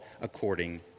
according